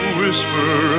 whisper